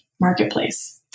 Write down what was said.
marketplace